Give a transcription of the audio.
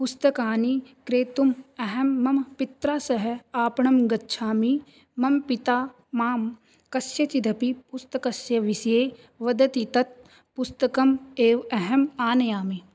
पुस्तकानि क्रेतुम् अहं मम पित्रा सह आपणं गच्छामि मम पिता मां कस्यचिदपि पुस्तकस्य विषये वदति तत् पुस्तकम् एव अहम् आनयामि